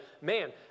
man